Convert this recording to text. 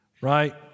right